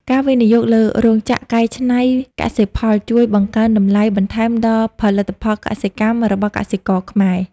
ការវិនិយោគលើរោងចក្រកែច្នៃកសិផលជួយបង្កើនតម្លៃបន្ថែមដល់ផលិតផលកសិកម្មរបស់កសិករខ្មែរ។